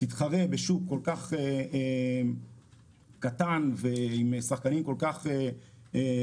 תתחרה בשוק כל כך קטן עם שחקנים כל כך חלשים